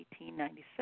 1896